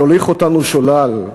יוליך אותנו שולל.